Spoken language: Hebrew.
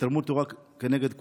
ותלמוד תורה כנגד כולם".